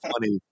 funny